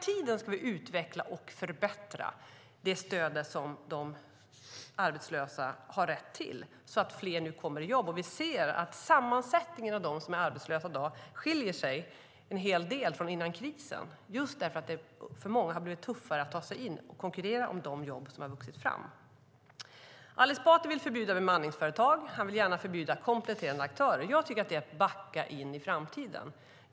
Nej, vi ska hela tiden utveckla och förbättra det stöd som de arbetslösa har rätt till så att fler kommer i jobb. Vi ser att sammansättningen av dem som är arbetslösa i dag skiljer sig en hel del från hur den var före krisen, just därför att det för många har blivit tuffare att ta sig in och konkurrera om de jobb som har vuxit fram. Ali Esbati vill förbjuda bemanningsföretag, och han vill gärna förbjuda kompletterande aktörer. Det tycker jag är att backa in i framtiden.